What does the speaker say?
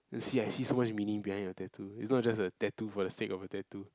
you see I see so much meaning behind your tattoo it's not just a tattoo for the sake of a tattoo